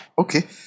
Okay